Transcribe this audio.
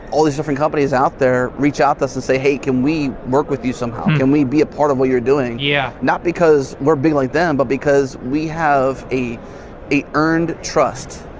all these different companies out there reach out to us and say, hey can we work with you somehow, can we be a part of what you are doing? yeah not because we're being like them but because we have a a earned trust.